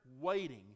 waiting